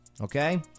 okay